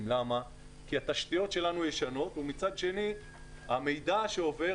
כי התשתיות שלנו ישנות ומצד שני המידע שעובר,